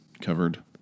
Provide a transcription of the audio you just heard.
covered